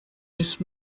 mich